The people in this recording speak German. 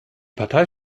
partei